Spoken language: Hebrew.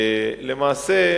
למעשה,